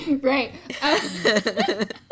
Right